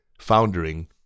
foundering